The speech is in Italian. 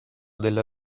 della